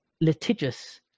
litigious